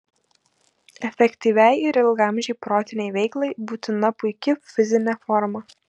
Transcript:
efektyviai ir ilgaamžei protinei veiklai būtina puiki fizinė forma